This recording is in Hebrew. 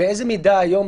באיזו מידה היום,